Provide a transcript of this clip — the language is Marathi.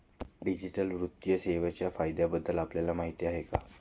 डिजिटल वित्तीय सेवांच्या फायद्यांबद्दल आपल्याला माहिती आहे का?